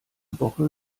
woche